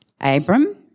Abram